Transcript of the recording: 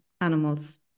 animals